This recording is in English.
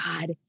God